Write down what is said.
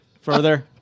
further